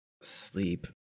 Sleep